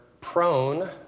prone